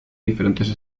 diferentes